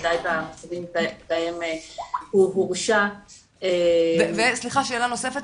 ובוודאי במצבים בהם הוא הורשע --- שאלה נוספת,